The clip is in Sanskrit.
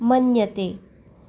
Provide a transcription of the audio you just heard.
मन्यते